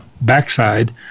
backside